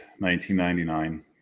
1999